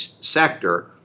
sector